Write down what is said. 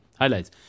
highlights